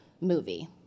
movie